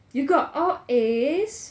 you've got all As